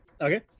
okay